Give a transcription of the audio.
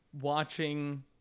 watching